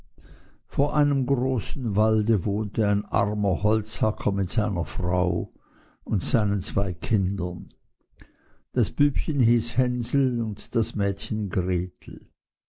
vor einem großen walde wohnte ein armer holzhacker mit seiner frau und seinen zwei kindern das bübchen hieß hänsel und das mädchen gretel